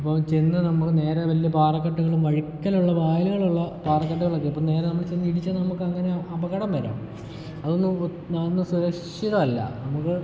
അപ്പോൾ ചെന്ന് നമ്മൾ നേരെ വലിയ പാറക്കെട്ടുകളും വഴുക്കലൊള്ള പായലുകളൊള്ള പാറക്കെട്ടുകളൊക്കെ അപ്പം നേരെ ചെന്ന് ഇടിച്ചാ നമുക്കങ്ങനെ അപകടം വരാം അതൊന്നും അതൊന്നും സുരക്ഷിതല്ല നമുക്ക്